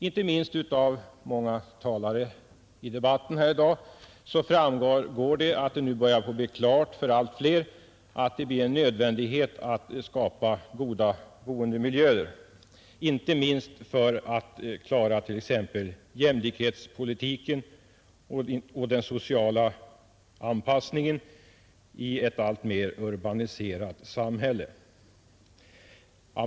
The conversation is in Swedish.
Inte minst av många talare i debatten här i dag framgår att det nu börjar bli klart för allt fler att det blir en nödvändighet att skapa goda boendemiljöer — inte minst för att klara t.ex. jämlikhetspolitiken och den sociala anpassningen i ett alltmer urbaniserat samhälle.